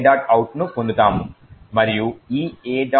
out ను పొందుతాము మరియు ఈ a